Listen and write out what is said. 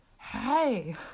Hey